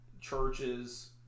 churches